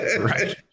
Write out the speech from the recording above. Right